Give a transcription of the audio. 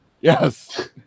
Yes